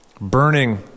burning